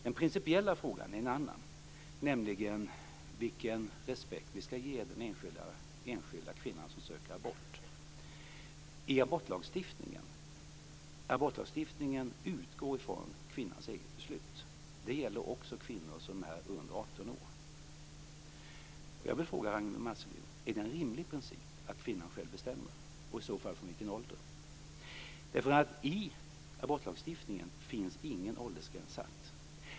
Den principiella frågan är en annan, nämligen vilken respekt vi skall ge den enskilda kvinnan som söker abort. Abortlagstiftningen utgår från kvinnans eget beslut. Det gäller också kvinnor som är under 18 I abortlagstiftningen finns ingen åldersgräns satt.